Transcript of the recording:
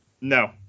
No